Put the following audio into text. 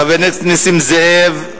חבר הכנסת נסים זאב,